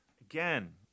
again